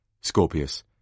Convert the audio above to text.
Scorpius